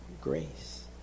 grace